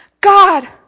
God